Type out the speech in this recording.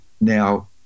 Now